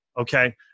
Okay